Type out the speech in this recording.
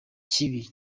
kibi